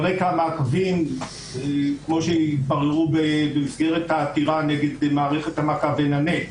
רקע המעקבים כפי שהתבררו במסגרת העתירה נגד מערכת המעקב עין הנץ.